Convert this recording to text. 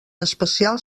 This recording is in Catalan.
especial